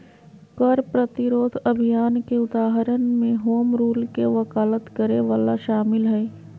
कर प्रतिरोध अभियान के उदाहरण में होम रूल के वकालत करे वला शामिल हइ